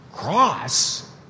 Cross